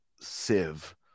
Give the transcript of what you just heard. sieve